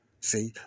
See